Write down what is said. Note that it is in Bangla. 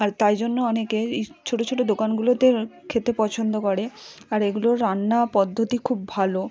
আর তাই জন্য অনেকে এই ছোটো ছোটো দোকানগুলোতে খেতে পছন্দ করে আর এগুলোর রান্নার পদ্ধতি খুব ভালো